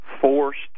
forced